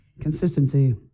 Consistency